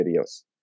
videos